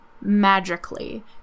magically